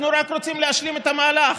אנחנו רק רוצים להשלים את המהלך,